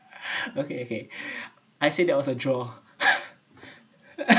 okay okay I said that was a draw